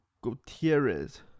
Gutierrez